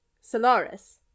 Solaris